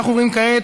אנחנו עוברים כעת